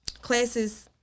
classes